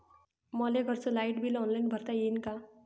मले घरचं light bill online भरता येईन का?